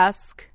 Ask